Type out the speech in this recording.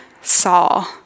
Saul